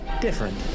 different